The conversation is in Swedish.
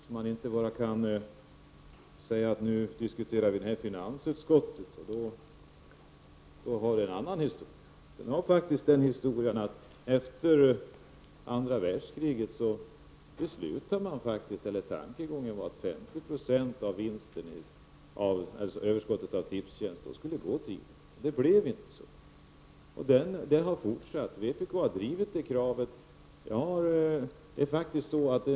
Herr talman! Den här frågan har faktiskt en historia. Man kan inte bara säga att den skall diskuteras i finansutskottet. Då får den en annan historia. Efter andra världskriget var tankegången att 50 90 av överskottet på Tipstjänsts verksamhet skulle gå till idrott. Det blev inte så, men vpk har drivit detta krav.